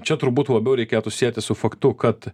čia turbūt labiau reikėtų sieti su faktu kad